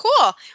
cool